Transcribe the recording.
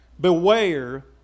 Beware